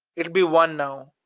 it'll be one now.